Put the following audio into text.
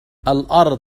الأرض